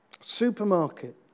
supermarket